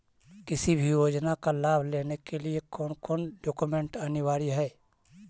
किसी भी योजना का लाभ लेने के लिए कोन कोन डॉक्यूमेंट अनिवार्य है?